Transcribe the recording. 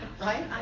Right